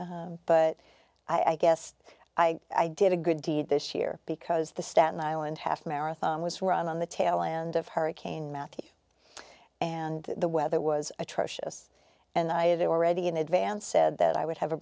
but i guess i did a good deed this year because the staten island half marathon was run on the tail end of hurricane matthew and the weather was atrocious and i had already in advance said that i would have a